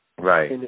Right